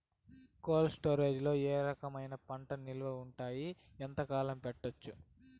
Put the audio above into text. Cold storage లో ఏ రకమైన పంటలు నిలువ ఉంటాయి, ఎంతకాలం పెట్టొచ్చు?